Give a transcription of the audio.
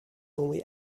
only